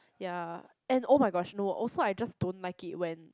ya and oh-my-gosh no also I just don't like it when